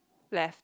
left